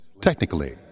Technically